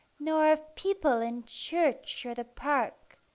nor of people in church or the park,